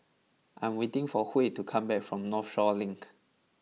I am waiting for Huey to come back from Northshore Link